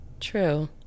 True